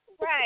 Right